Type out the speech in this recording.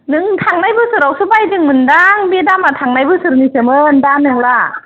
नों थांनाय बोसोरावसो बायदोंमोन दां बे दामा थांनाय बोसोरनिसोमोन दा नोंला